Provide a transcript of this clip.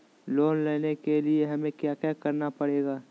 Loan लेने के लिए हमें क्या क्या करना पड़ेगा?